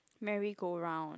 merry go round